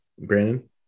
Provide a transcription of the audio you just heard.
brandon